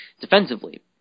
defensively